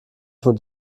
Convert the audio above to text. von